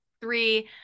three